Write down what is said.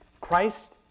Christ